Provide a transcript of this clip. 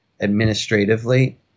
administratively